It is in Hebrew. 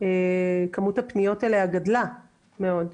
כמות הפניות אליה גדלה מאוד.